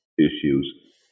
issues